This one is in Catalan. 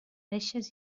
reixes